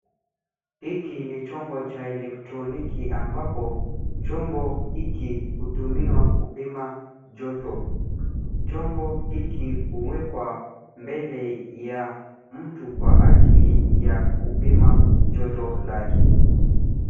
Hiki ni chombo cha elektroniki ambapo chombo hiki hutumiwa kupima joto. Chombo hiki huwekwa mbele ya mtu kwa ajili ya kupima joto lake.